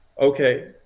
Okay